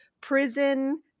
prison